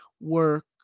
work